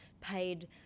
paid